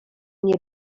nie